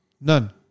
none